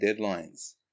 deadlines